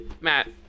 Matt